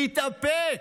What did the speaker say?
להתאפק,